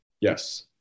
yes